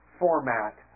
format